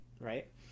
right